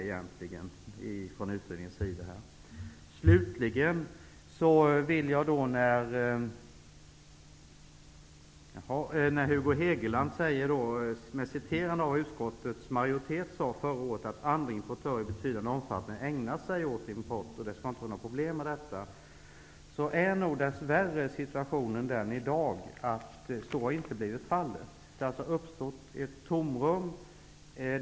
Hugo Hegeland citerar utskottets majoriet som förra året skrev att andra filmimportörer i betydande omfattning ägnar sig åt import av kvalitetsfilm för vuxna, och att det inte skulle bli några problem om Filminstitutet slutade att importera. Situationen är nog dess värre i dag inte sådan. Det har uppstått ett tomrum.